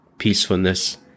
peacefulness